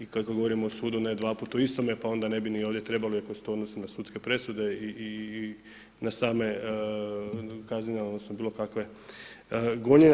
i kada govorimo o sudu ne dvaput o istome, pa onda ne bi ni ovdje trebalo iako se to odnosi na sudske presude i na same kaznene, odnosno bilo kakve gonjenja.